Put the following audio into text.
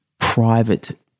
private